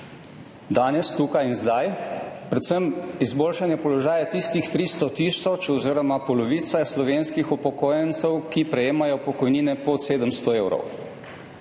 danes, tukaj in zdaj, predvsem izboljšanje položaja tistih 300 tisoč oziroma polovice slovenskih upokojencev, ki prejemajo pokojnine pod 700 evrov.